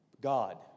God